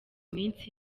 minsi